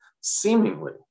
seemingly